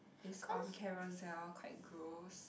is on Carousell quite gross